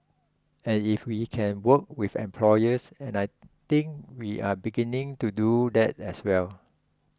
and if we can work with employers and I think we're beginning to do that as well